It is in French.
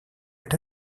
est